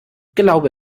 glaube